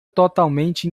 totalmente